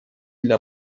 для